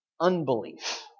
unbelief